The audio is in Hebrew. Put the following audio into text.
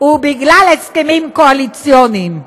ובגלל הסכמים קואליציוניים.